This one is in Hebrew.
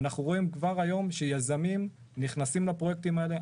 אנחנו רואים כבר היום שיזמים נכנסים לפרויקטים האלה.